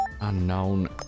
Unknown